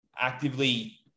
actively